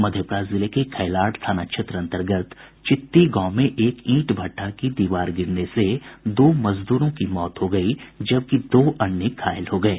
मधेपुरा जिले के घैलाढ़ थाना क्षेत्र अंतर्गत चित्ती गांव में एक ईंट भट्ठा की दीवार गिरने से दो मजदूरों की मौत हो गयी जबकि दो अन्य घायल हो गये